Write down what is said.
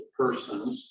persons